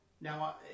now